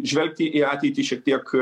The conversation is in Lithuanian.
žvelgti į ateitį šiek tiek